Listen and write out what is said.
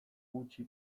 gutxi